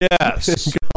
Yes